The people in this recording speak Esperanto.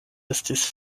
estis